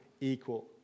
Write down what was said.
equal